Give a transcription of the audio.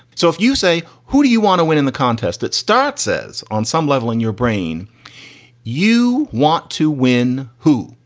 so if you say, who do you want to win in the contest, it starts says on some level in your brain you want to win. who?